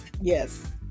yes